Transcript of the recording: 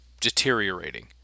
deteriorating